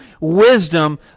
wisdom